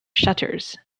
shutters